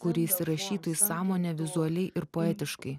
kuri įsirašytų į sąmonę vizualiai ir poetiškai